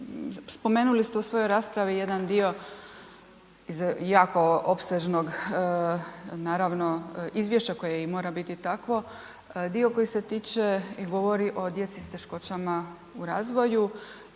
spomenuli ste u svojoj raspravi jedan dio iz jako opsežnog, naravno, izvješća koje i mora biti takvo, dio koji se tiče i govori o djeci s teškoćama u razvoju,